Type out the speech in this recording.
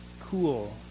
cool